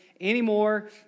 anymore